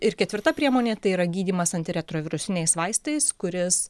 ir ketvirta priemonė tai yra gydymas antiretrovirusiniais vaistais kuris